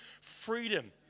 freedom